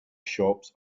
shops